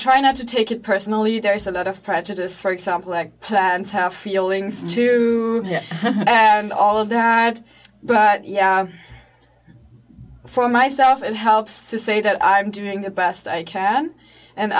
try not to take it personally there is a lot of prejudice for example eggplants have feelings too and all of that but yeah for myself it helps to say that i'm doing the best i can and